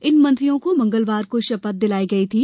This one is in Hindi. इन मंत्रियों को मंगलवार को शपथ दिलाई गई थी